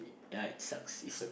ya it sucks